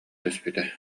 түспүтэ